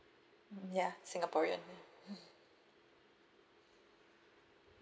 mm ya singaporean ya mm